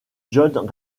john